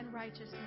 Righteousness